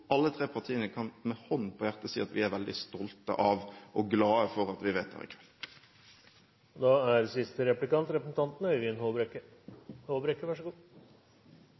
alle tre partiene med hånden på hjertet kan si at vi er veldig stolte av og glade for at vi vedtar i kveld. Nå foreligger det ikke en erklæring fra de